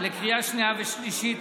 לקריאה שנייה ושלישית,